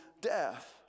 death